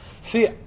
See